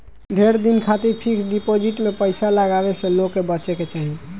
ढेर दिन खातिर फिक्स डिपाजिट में पईसा लगावे से लोग के बचे के चाही